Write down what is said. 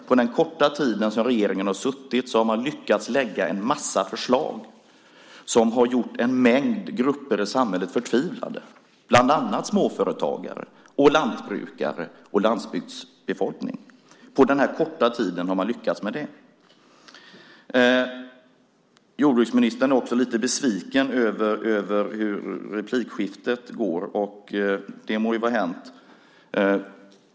Under denna korta tid har regeringen lyckats lägga fram en massa förslag som gjort en mängd grupper i samhället förtvivlade, bland annat småföretagare, lantbrukare och landsbygdsbefolkning. På den här korta tiden har man alltså lyckats med det. Jordbruksministern är besviken över hur replikskiften går, och det må vara hänt.